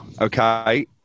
okay